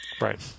Right